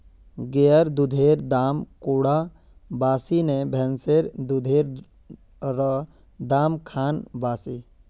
गायेर दुधेर दाम कुंडा बासी ने भैंसेर दुधेर र दाम खान बासी?